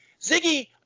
Ziggy